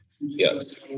Yes